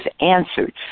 answered